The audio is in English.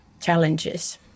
challenges